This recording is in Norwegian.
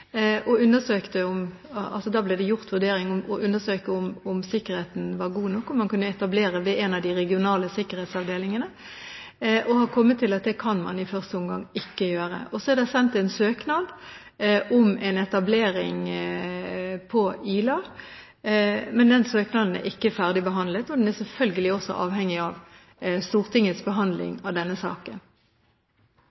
og undersøkt om sikkerheten var god nok, og om man kunne etablere en enhet ved en av de regionale sikkerhetsavdelingene. Man har kommet til at det kan man i første omgang ikke gjøre. Så er det sendt en søknad om etablering på Ila, men den søknaden er ikke ferdigbehandlet, og man er selvfølgelig også avhengig av Stortingets behandling